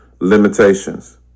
limitations